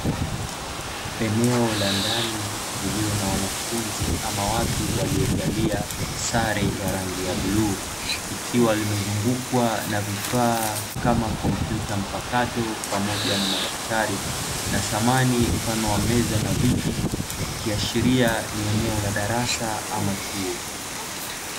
Eneo la ndani lililo na wanafunzi ama watu waliovalia sare yenye rangi ya bluu, likiwa limezungukwa na vifaa kama; kompyuta mpakato pamoja na madftari na samani mfano wa meza na viti vikiashiria ni eneo la darasa ama chuo.